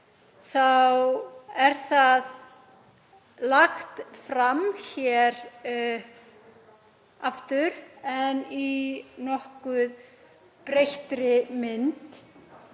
þá er það lagt fram aftur en í nokkuð breyttri mynd.